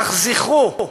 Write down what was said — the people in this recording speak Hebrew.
אך זכרו,